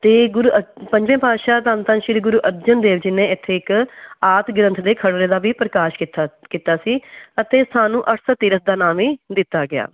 ਅਤੇ ਗੁਰੂ ਅ ਪੰਜਵੇਂ ਪਾਤਸ਼ਾਹ ਧੰਨ ਧੰਨ ਸ਼੍ਰੀ ਗੁਰੂ ਅਰਜਨ ਦੇਵ ਜੀ ਨੇ ਇੱਥੇ ਇੱਕ ਆਦਿ ਗ੍ਰੰਥ ਦੇ ਖਰੜੇ ਦਾ ਵੀ ਪ੍ਰਕਾਸ਼ ਕੀਥਾ ਕੀਤਾ ਸੀ ਅਤੇ ਸਾਨੂੰ ਤੀਰਥ ਦਾ ਨਾਮ ਹੀ ਦਿੱਤਾ ਗਿਆ